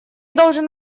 должен